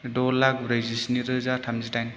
द' लाख ब्रैजिस्नि रोजा थामजिदाइन